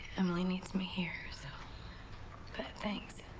emily needs me here, so but thanks.